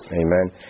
Amen